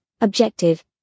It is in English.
Objective